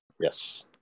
Yes